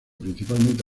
principalmente